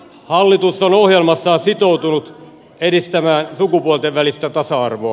hallitus on ohjelmassaan sitoutunut edistämään sukupuolten välistä tasa arvoa